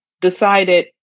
decided